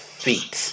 feet